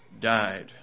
died